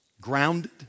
grounded